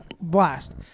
blast